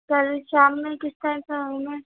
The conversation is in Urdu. کل شام میں کس ٹائم پہ آؤں میں